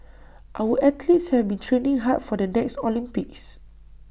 our athletes have been training hard for the next Olympics